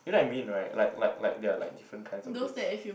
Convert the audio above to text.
you know what I mean right like like like there are like different kinds of beds